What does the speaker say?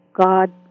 God